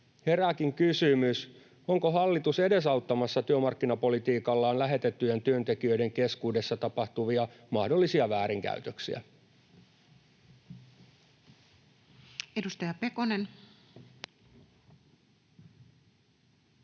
herääkin kysymys, onko hallitus työmarkkinapolitiikallaan edesauttamassa lähetettyjen työntekijöiden keskuudessa tapahtuvia mahdollisia väärinkäytöksiä. Edustaja Pekonen. Kiitos,